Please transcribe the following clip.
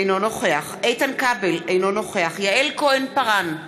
אינו נוכח איתן כבל, אינו נוכח יעל כהן-פארן,